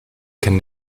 can